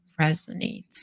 resonates